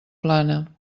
plana